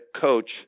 coach